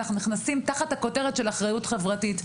אנחנו נכנסים תחת הכותרת של אחריות חברתית.